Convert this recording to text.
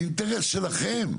זה אינטרס שלכם.